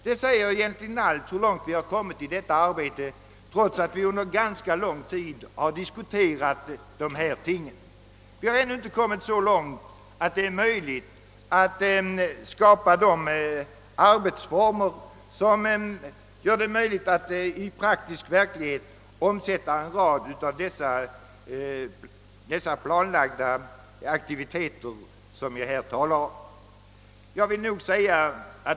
Det säger egentligen allt om hur långt vi har kommit i detta arbete trots att vi under ganska lång tid har diskuterat det. Ännu har vi inte lyckats skapa sådana arbetsformer som gör det möjligt att i praktisk verklighet omsätta de planlagda aktiviteter som jag här har talat om.